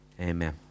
Amen